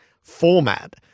format